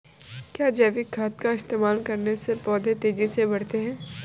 क्या जैविक खाद का इस्तेमाल करने से पौधे तेजी से बढ़ते हैं?